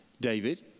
David